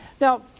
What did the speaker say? now